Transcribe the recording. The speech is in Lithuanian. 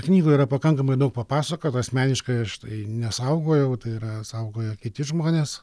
knygoj yra pakankamai daug papasakota asmeniškai aš tai nesaugojau tai yra saugojo kiti žmonės